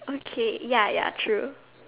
okay ya ya true